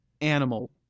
animal